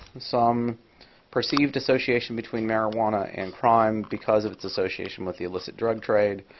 some perceived association between marijuana and crime, because of its association with the illicit drug trade.